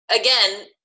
again